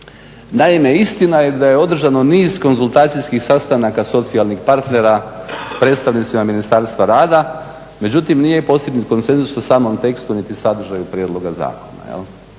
da je neistina je da je održano niz konzultacijskih sastanaka socijalnih partera predstavnicima Ministarstva rada. Međutim nije posebnim konsenzusom u samom tekstu niti sadržaj prijedloga zakona.